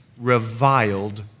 reviled